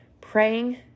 praying